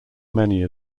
many